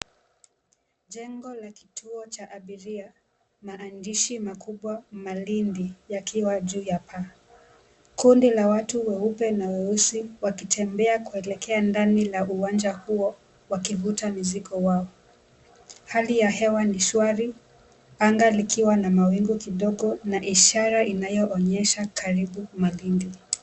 Jengo la kituo la abiria maandishi makubwa Malindi yakiwa juu ya paa. Kundi la watu weupe na weusi wakitembea na kuelekea ndani ya uwanja huo wakivuta mizigo yao. Hali ya hewa ni shwari anga likiwa na mawingu kidogo na ishara inayonyesha Karibu Malindi.